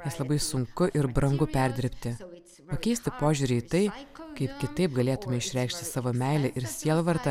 jas labai sunku ir brangu perdirbti pakeisti požiūrį į tai kaip kitaip galėtume išreikšti savo meilę ir sielvartą